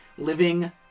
Living